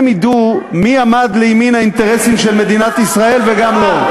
הם ידעו מי עמד לימין האינטרסים של מדינת ישראל וגם מי לא.